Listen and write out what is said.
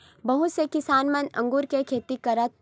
बहुत से किसान मन अगुर के खेती करथ